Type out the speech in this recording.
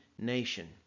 nation